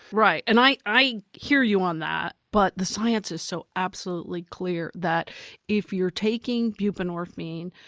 right, and i i hear you on that, but the science is so absolutely clear that if you're taking buprenorphine,